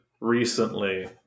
recently